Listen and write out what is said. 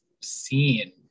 seen